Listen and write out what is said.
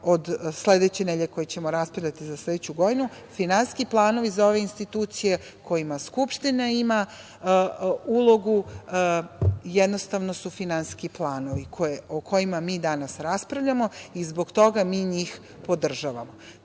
od sledeće nedelje o kojima ćemo raspravljati za sledeću godinu, finansijski planovi za ove institucije kojima Skupština ima ulogu, jednostavno su finansijski planovi o kojima mi danas raspravljamo. Zbog toga mi njih podržavamo. Tako